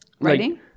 Writing